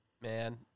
man